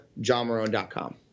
JohnMarone.com